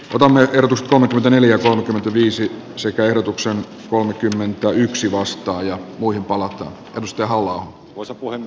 tuton mert uskomatonta neljä viisi sekä erotuksen kolmekymmentäyksi vastaaja kuin palattu steaua osakkuuden